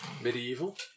medieval